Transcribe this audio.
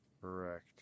Correct